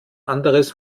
anderes